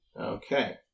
Okay